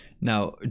Now